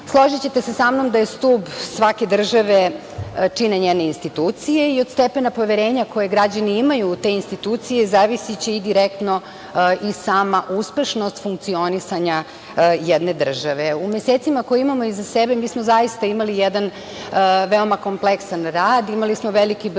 se sa mnom da stub svake države čine njene institucije i od stepena poverenja koje građani imaju u te institucije zavisiće i direktno sama uspešnost funkcionisanja jedne države. U mesecima koje imamo iza sebe mi smo zaista imali jedan veoma kompleksan rad, imali smo veliki broj